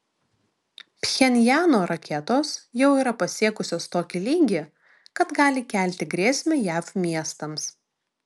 pchenjano raketos jau yra pasiekusios tokį lygį kad gali kelti grėsmę jav miestams